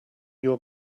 your